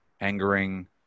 angering